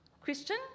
Christian